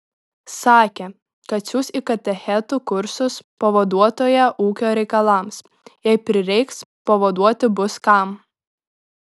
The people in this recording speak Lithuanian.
sakė kad siųs į katechetų kursus pavaduotoją ūkio reikalams jei prireiks pavaduoti bus kam